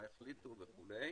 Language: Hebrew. מה החליטו וכו'.